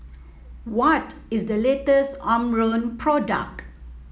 what is the latest Omron product